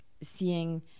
seeing